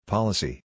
Policy